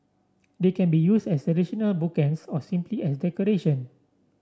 they can be used as traditional bookends or simply as decoration